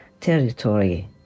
territory